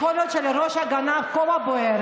יכול להיות שעל ראש הגנב בוער הכובע,